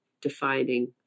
defining